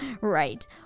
Right